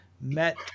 met